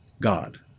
God